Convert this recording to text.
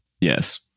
Yes